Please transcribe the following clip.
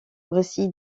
récit